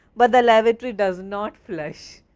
but the lavatory does not flush.